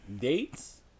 dates